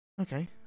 Okay